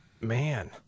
Man